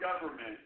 government